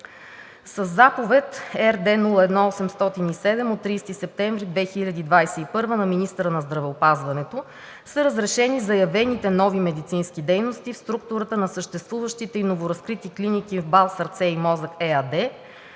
Със Заповед, № РД-01-807 от 30 септември 2021 г., на министъра на здравеопазването са разрешени заявените нови медицински дейности в структурата на съществуващите и новоразкрити клиники в МБАЛ „Сърце и Мозък“ ЕАД